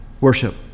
worship